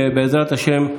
ובעזרת השם,